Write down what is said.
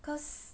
cause